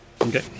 Okay